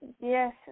Yes